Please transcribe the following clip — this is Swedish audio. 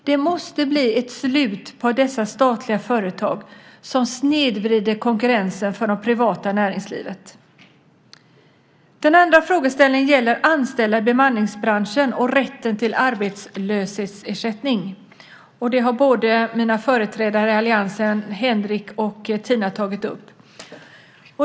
Det måste bli ett slut på dessa statliga företag som snedvrider konkurrensen för det privata näringslivet. Den andra frågeställningen gäller anställda i bemanningsbranschen och rätten till arbetslöshetsersättning. Det har båda de föregående talarna från alliansen, Henrik och Tina, tagit upp.